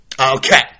okay